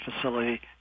facility